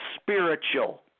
spiritual